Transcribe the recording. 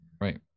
Right